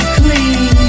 clean